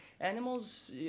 Animals